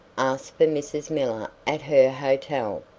asked for mrs. miller at her hotel.